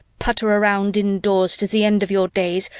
putter around indoors to the end of your days,